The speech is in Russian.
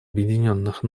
объединенных